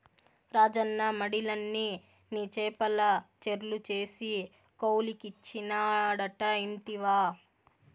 రాజన్న మడిలన్ని నీ చేపల చెర్లు చేసి కౌలుకిచ్చినాడట ఇంటివా